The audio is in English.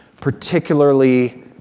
particularly